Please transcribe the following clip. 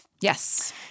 Yes